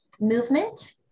movement